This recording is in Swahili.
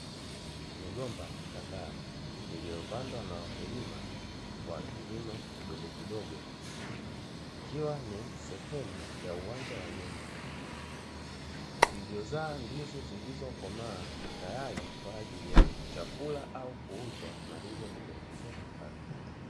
Migomba kadhaa iliyopandwa na wakulima wa kilimo kidogo kidogo, ikiwa ni sehemu ya uwanja wa nyumba iliyozaa ndizi zilizokomaa tayari kwa ajili ya chakula au kuuzwa na hivyo kujiongezea kipato.